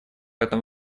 этом